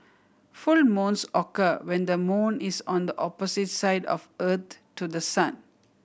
full moons occur when the moon is on the opposite side of Earth to the sun